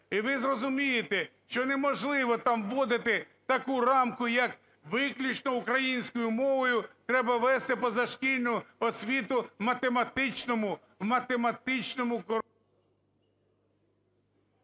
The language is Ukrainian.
І ви зрозумієте, що неможливо там вводити таку рамку, як виключно українською мовою треба вести позашкільну освіту в математичному… в